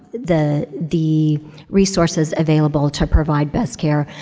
the the resources available to provide best care.